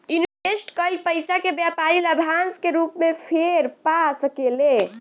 invest कईल पइसा के व्यापारी लाभांश के रूप में फेर पा सकेले